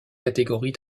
catégories